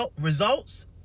results